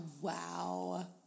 Wow